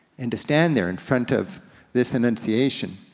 and to stand there in front of this annunciation,